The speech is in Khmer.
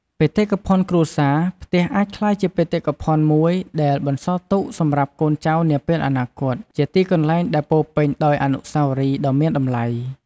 បេតិកភណ្ឌគ្រួសារ ផ្ទះអាចក្លាយជាបេតិកភណ្ឌមួយដែលបន្សល់ទុកសម្រាប់កូនចៅនាពេលអនាគត ជាទីកន្លែងដែលពោរពេញដោយអនុស្សាវរីយ៍ដ៏មានតម្លៃ។